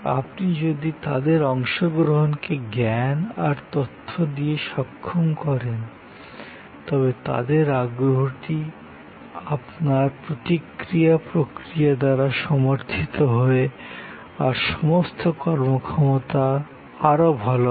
আপনি যদি তাদের অংশগ্রহণকে জ্ঞান আর তথ্য দিয়ে সক্ষম করেন তবে তাদের আগ্রহটি আপনার প্রতিক্রিয়া প্রক্রিয়া দ্বারা সমর্থিত হয় আর সমগ্র কর্মক্ষমতা আরও ভাল হয়